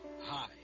Hi